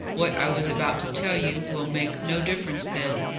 what i was about to tell you will make no difference, then.